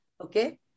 Okay